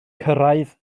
cyrraedd